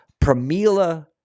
Pramila